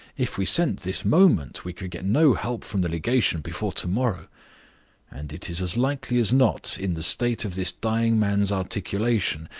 if we sent this moment, we could get no help from the legation before to-morrow and it is as likely as not, in the state of this dying man's articulation,